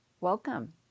welcome